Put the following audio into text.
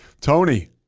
Tony